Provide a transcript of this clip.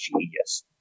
genius